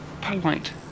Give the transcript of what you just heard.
polite